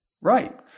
Right